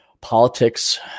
politics